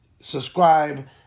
subscribe